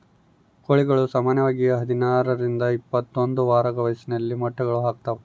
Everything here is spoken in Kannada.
ಕೋಳಿಗಳು ಸಾಮಾನ್ಯವಾಗಿ ಹದಿನಾರರಿಂದ ಇಪ್ಪತ್ತೊಂದು ವಾರಗಳ ವಯಸ್ಸಿನಲ್ಲಿ ಮೊಟ್ಟೆಗಳನ್ನು ಹಾಕ್ತಾವ